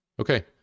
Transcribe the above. Okay